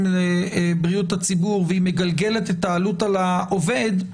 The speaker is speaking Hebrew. לבריאות הציבור ומגלגלת את העלות על העובד,